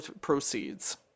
proceeds